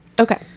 okay